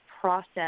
process